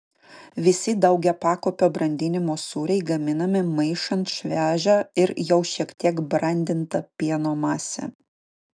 visi daugiapakopio brandinimo sūriai gaminami maišant šviežią ir jau šiek tiek brandintą pieno masę